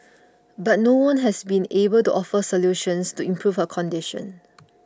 but no one has been able to offer solutions to improve her condition